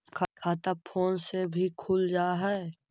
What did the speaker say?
खाता फोन से भी खुल जाहै?